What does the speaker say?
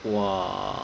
!wah!